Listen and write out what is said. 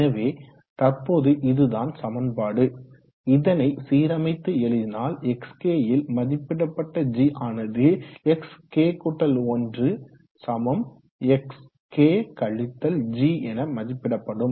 எனவே தற்போது இதுதான் சமன்பாடு இதனை சீரமைத்து எழுதினால் xk ல் மதிப்பிடப்பட்ட g ஆனாது xk1 xk g என மதிப்பிடப்படும்